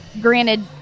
granted